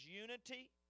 unity